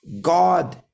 God